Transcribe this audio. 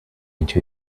into